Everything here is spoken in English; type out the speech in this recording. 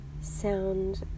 sound